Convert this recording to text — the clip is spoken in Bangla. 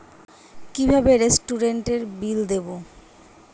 কিভাবে রেস্টুরেন্টের বিল দেবো?